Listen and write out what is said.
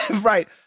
Right